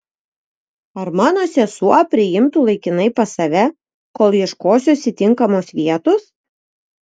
ar mano sesuo priimtų laikinai pas save kol ieškosiuosi tinkamos vietos